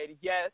yes